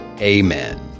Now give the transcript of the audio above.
Amen